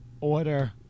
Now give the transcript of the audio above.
order